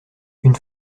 une